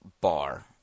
bar